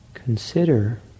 consider